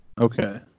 Okay